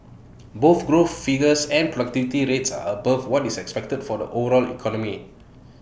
both growth figures and productivity rates are above what is expected for the overall economy